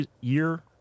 year